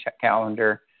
calendar